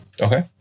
Okay